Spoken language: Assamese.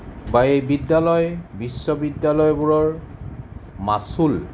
এই বিদ্যালয় বিশ্ববিদ্যালয়বোৰৰ মাচুল